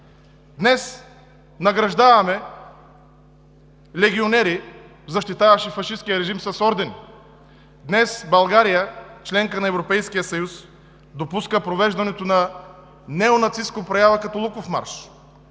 Днес награждаваме легионери, защитаващи фашисткия режим, с ордени. Днес България – членка на Европейския съюз, допуска провеждането на неонацистка проява като Луков марш.